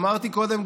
אמרתי קודם,